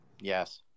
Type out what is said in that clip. yes